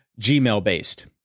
Gmail-based